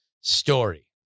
story